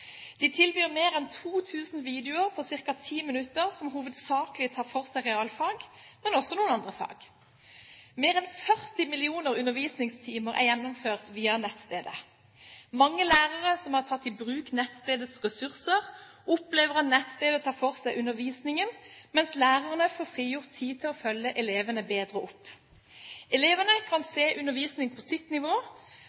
De tilbyr mer enn 2 000 videoer på ca. 10 minutter, som hovedsakelig tar for seg realfag, men også noen andre fag. Mer enn 40 millioner «undervisningstimer» er gjennomført via nettstedet. Mange lærere som har tatt i bruk nettstedets ressurser, opplever at nettstedet tar for seg undervisningen, mens lærerne får frigjort tid til å følge elevene bedre opp. Elevene kan